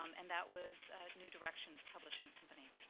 um and that was new directions publishing company.